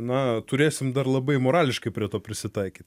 na turėsim dar labai morališkai prie to prisitaikyt